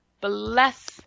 bless